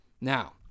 Now